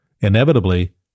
Inevitably